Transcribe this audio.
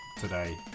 today